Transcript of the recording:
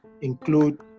include